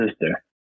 sister